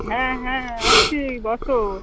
হ্যাঁ হ্যাঁ আসছি বসো